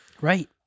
Right